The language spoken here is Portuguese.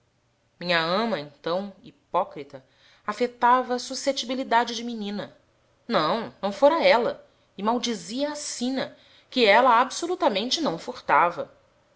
minha ama então hipócrita afetava susceptibilidade de menina não não fora ela e maldizia a sina que ela absolutamente não furtava